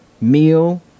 meal